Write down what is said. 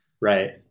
right